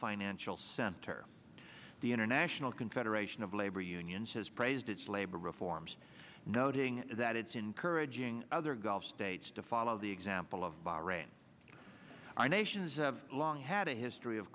financial center the international confederation of labor unions has praised its labor reforms noting that it's encouraging other gulf states to follow the example of bahrain our nations have long had a history of